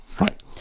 Right